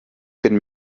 bin